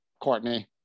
Courtney